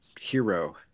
hero